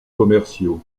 commerciaux